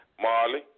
Marley